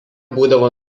būdavo